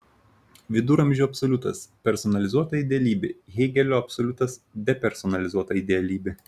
viduramžių absoliutas personalizuota idealybė hėgelio absoliutas depersonalizuota idealybė